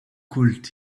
could